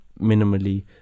minimally